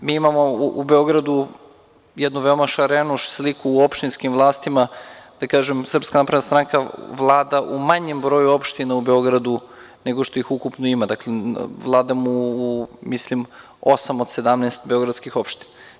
Mi imamo u Beogradu jednu veoma šarenu sliku u opštinskim vlastima, da kažem, SNS vlada u manjem broju opština u Beogradu nego što ih ukupno ima, dakle vladamo u mislim osam od 17 beogradskih opština.